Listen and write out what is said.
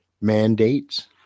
mandates